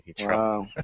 Wow